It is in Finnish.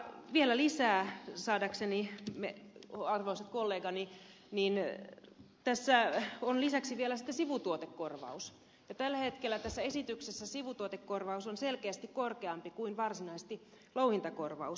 vielä lisään arvoisat kollegani että tässä on lisäksi vielä sitten sivutuotekorvaus ja tällä hetkellä tässä esityksessä sivutuotekorvaus on selkeästi korkeampi kuin varsinaisesti louhintakorvaus